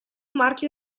marchio